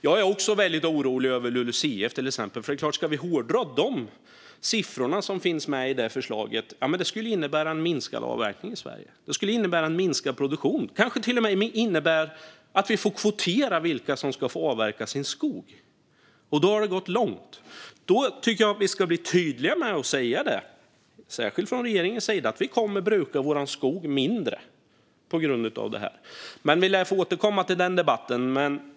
Jag är också orolig över till exempel LULUCF, för ska vi hårdra de siffror som finns med i det förslaget skulle det ju innebära en minskad avverkning i Sverige. Det skulle innebära en minskad produktion, och det skulle kanske till och med innebära att vi får kvotera vilka som ska avverka sin skog. Då har det gått långt. Därför tycker jag att vi ska bli tydliga med att - särskilt från regeringens sida - säga: Vi kommer att bruka vår skog mindre på grund av detta. Vi lär få återkomma till den debatten.